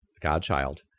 godchild